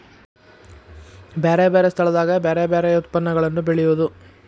ಬ್ಯಾರೆ ಬ್ಯಾರೆ ಸ್ಥಳದಾಗ ಬ್ಯಾರೆ ಬ್ಯಾರೆ ಯತ್ಪನ್ನಗಳನ್ನ ಬೆಳೆಯುದು